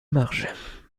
marge